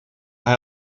hij